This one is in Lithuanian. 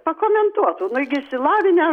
pakomentuotų nui gi išsilavinę